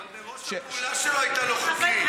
אבל מראש הפעולה שלו הייתה לא חוקית.